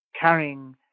carrying